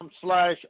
slash